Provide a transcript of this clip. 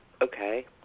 Okay